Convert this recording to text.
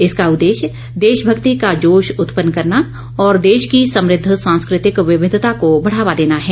इसका उद्देश्य देशभक्ति का जोश उत्पन्न करना और देश की समुद्व सांस्कृतिक विविधता को बढ़ावा देना है